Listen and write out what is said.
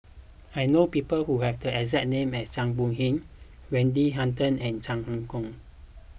I know people who have the exact name as Zhang Bohe Wendy Hutton and Chan Ah Kow